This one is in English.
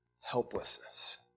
helplessness